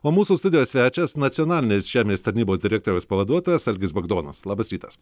o mūsų studijos svečias nacionalinės žemės tarnybos direktoriaus pavaduotojas algis bagdonas labas rytas